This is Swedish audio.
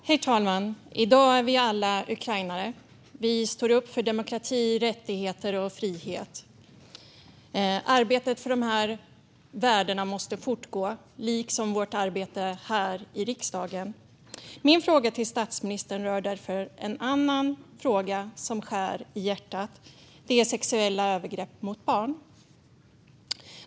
Herr talman! I dag är vi alla ukrainare. Vi står upp för demokrati, rättigheter och frihet. Arbetet för dessa värden måste fortgå liksom vårt arbete här i riksdagen. Min fråga till statsministern rör något annat som skär i hjärtat, nämligen sexuella övergrepp mot barn.